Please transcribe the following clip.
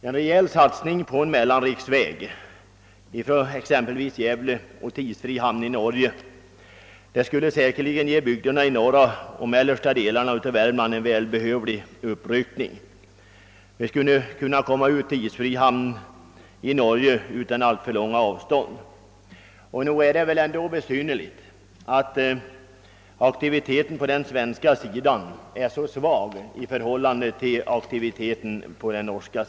En rejäl satsning på en mellanriksväg, exempelvis från Gävle till isfri hamn i Norge, skulle säkerligen ge bygderna i norra och mellersta Värmland en välbehövlig uppryckning, eftersom vi då skulle kunna komma ut till isfri hamn utan alltför stora av stånd. Nog är det besynnerligt att aktiviteten i detta avseende på den svenska sidan är så svag i förhållande till aktiviteten på den norska.